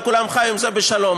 וכולם חיו עם זה בשלום.